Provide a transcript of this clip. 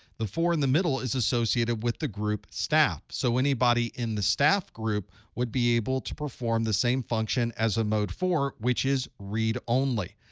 the four in the middle is associated with the group staff. so anybody in the staff group would be able to perform the same function as a mode four, which is read only.